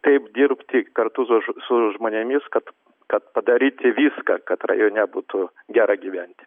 taip dirbti kartu su su žmonėmis kad kad padaryti viską kad rajone būtų gera gyventi